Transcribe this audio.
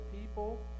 people